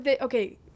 Okay